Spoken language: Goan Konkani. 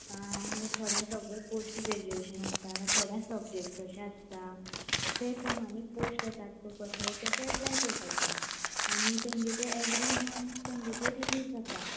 मागीर थोड्या सगळो पोस्ट ग्रेज्यूशन आसता मागीर थोड्यां सबजेक्ट तशें आसता ते प्रमाणे पोस्ट येता पळय कशे तेका एपलाय करपाचे आनी तेंगे ते एवरी मन्त तेंगे ते रिलीज जाता